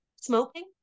smoking